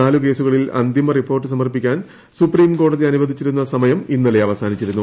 നാല് കേസ്സുകളിൽ അന്തിമ റിപ്പോർട്ട് സമർപ്പിക്കാൻ സുപ്രീം കോടതി അനുവദിച്ചിരുന്ന സമയം ഇന്നലെ അവസാനിച്ചിരുന്നു